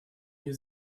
mir